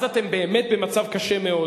אז אתם באמת במצב קשה מאוד.